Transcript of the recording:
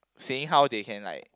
seeing how they can like